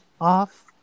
off